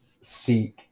seek